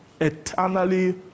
eternally